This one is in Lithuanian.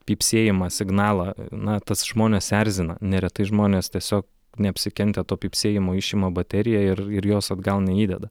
pypsėjimą signalą na tas žmones erzina neretai žmonės tiesiog neapsikentę to pypsėjimo išima bateriją ir ir jos atgal neįdeda